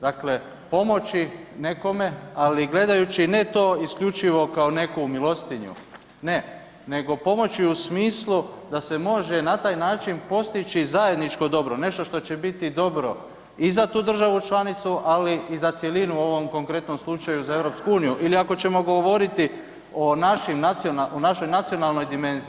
Dakle, pomoći nekome ali gledajući ne to isključivo kao neku milostinju, ne, nego pomoći u smislu da se može na taj način postići zajedničko dobro, nešto što će biti dobro i za tu državu članicu, ali i za cjelinu u ovom konkretnom slučaju za EU ili ako ćemo govoriti o našoj nacionalnoj dimenziji.